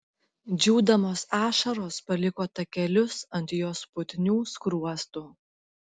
džiūdamos ašaros paliko takelius ant jos putnių skruostų